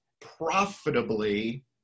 profitably